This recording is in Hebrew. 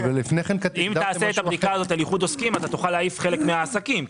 אם תעשה את הבדיקה הזאת על איחוד עוסקים תוכל להעיף חלק מן העסקים,